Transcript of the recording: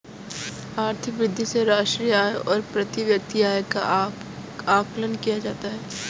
आर्थिक वृद्धि से राष्ट्रीय आय और प्रति व्यक्ति आय का आकलन किया जाता है